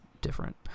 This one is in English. different